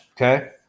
okay